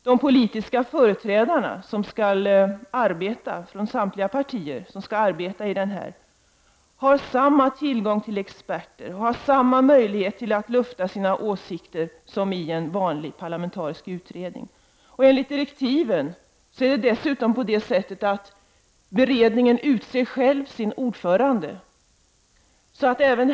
De politiska företrädarna från samtliga partier som skall arbeta i beredningen har samma tillgång till experter och har samma möjligheter att lufta sina åsikter som de skulle ha i en vanlig parlamentarisk utredning. Enligt direktiven utser dessutom beredningen själv sin ordförande.